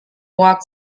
walked